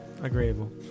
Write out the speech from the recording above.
Agreeable